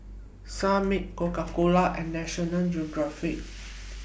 Sunmaid Coca Cola and National Geographic